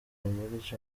muri